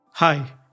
Hi